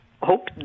Hope